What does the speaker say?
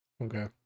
Okay